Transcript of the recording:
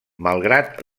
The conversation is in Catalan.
malgrat